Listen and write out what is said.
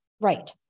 Right